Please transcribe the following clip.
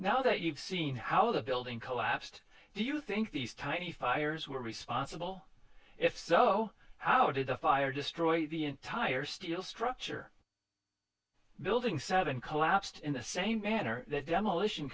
now that you've seen how the building collapsed do you think these tiny fires were responsible if so how did the fire destroy the entire steel structure building seven collapsed in the same manner that demolition